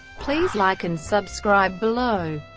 please like and subscribe below.